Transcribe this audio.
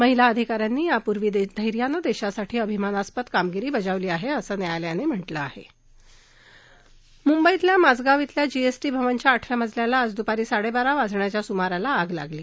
महिला अधिकाऱ्यांनी यापूर्वी धैर्यानं दध्यासाठी अभिमानस्पद कामगिरी बजावली आह मुंबईतल्या माझगाव इथल्या जीएसटी भवनच्या आठव्या मजल्याला आज दुपारी साडक्तीरा वाजण्याच्या सुमारास आग लागली